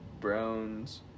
Browns